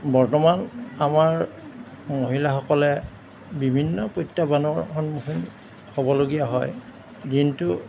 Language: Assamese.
বৰ্তমান আমাৰ মহিলাসকলে বিভিন্ন প্ৰত্যাহ্বানৰ সন্মুখীন হ'বলগীয়া হয় দিনটো